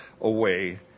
away